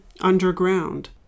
underground